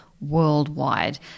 worldwide